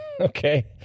Okay